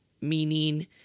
meaning